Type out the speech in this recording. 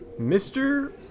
Mr